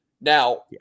Now